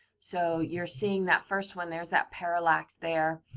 so you're seeing that first when there's that parallax there.